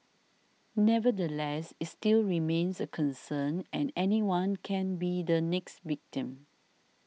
nevertheless it still remains a concern and anyone can be the next victim